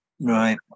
Right